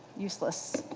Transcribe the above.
useless.